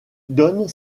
donne